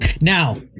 Now